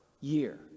year